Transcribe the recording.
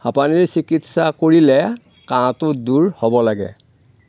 হাঁপানীৰ চিকিৎসা কৰিলে কাঁহটো দূৰ হ'ব লাগে